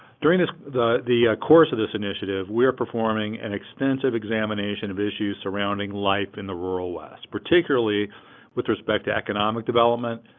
during the the course of this initiative, we are performing an extensive examination of issues surrounding life in the rural west, particularly with respect to economic development,